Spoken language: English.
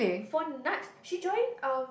for nuts she joined um